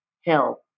help